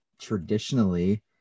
traditionally